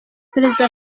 perezida